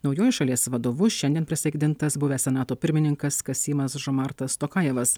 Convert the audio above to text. naujuoju šalies vadovu šiandien prisaikdintas buvęs senato pirmininkas kasymas žomartas tokajevas